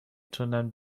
تونم